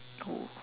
oh